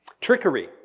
Trickery